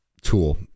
tool